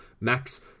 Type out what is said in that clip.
Max